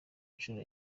nshuro